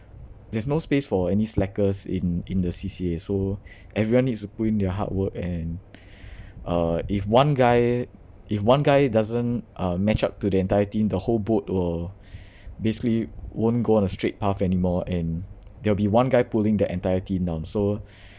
there's no space for any slackers in in the C_C_A so everyone needs to put in their hard work and uh if one guy if one guy doesn't uh match up to the entire team the whole boat will basically won't go on a straight path anymore and there'll be one guy pulling the entire team down so